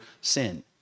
sin